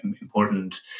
important